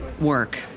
work